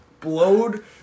blowed